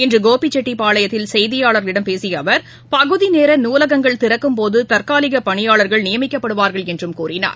இன்றுகோபிச்செட்டிபாளையத்தில் செய்தியாளர்களிடம் பேசியஅவர் பகுதிநேர நூலகங்கள் திறக்கும்போதுதற்காலிகபணியாளர்கள் நியமிக்கப்படுவார்கள் என்றுகூறினார்